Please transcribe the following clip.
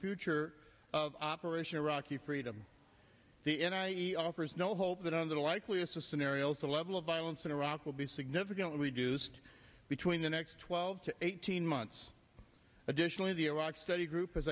future of operation iraqi freedom the end i e offers no hope that on the likeliest of scenarios the level of violence in iraq will be significantly reduced between the next twelve to eighteen months additionally the iraq study group